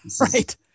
Right